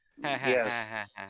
Yes